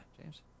James